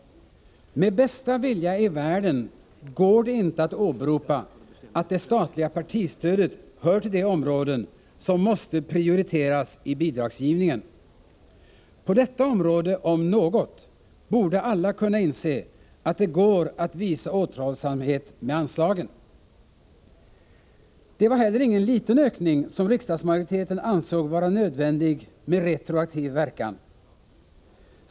Med bästa vilja i världen går det inte att åberopa att det statliga partistödet hör till de områden som måste prioriteras i bidragsgivningen. På detta område, om något, borde alla kunna inse att det går att visa återhållsamhet med anslagen. Det var heller ingen liten ökning som riksdagsmajoriteten ansåg vara nödvändig med retroaktiv verkan.